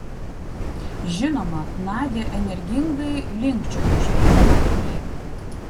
žinoma nadia energingai linkčiojo žiūrėdama į jį